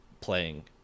playing